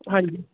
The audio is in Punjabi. ਹਾਂਜੀ